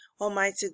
Almighty